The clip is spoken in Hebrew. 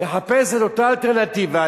מחפש את אותה אלטרנטיבה,